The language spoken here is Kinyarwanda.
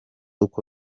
uko